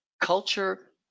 Culture